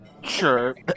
sure